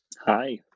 Hi